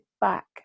back